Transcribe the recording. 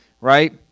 Right